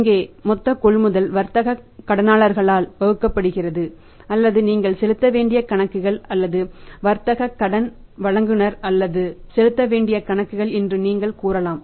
இங்கே மொத்த கொள்முதல் வர்த்தக கடனாளர்களால் வகுக்கப்படுகிறது அல்லது நீங்கள் செலுத்த வேண்டிய கணக்குகள் அல்லது வர்த்தக கடன் வழங்குநர்கள் அல்லது செலுத்த வேண்டிய கணக்குகள் என்று நீங்கள் கூறலாம்